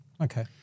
Okay